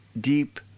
deep